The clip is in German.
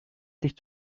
sich